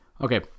Okay